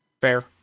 Fair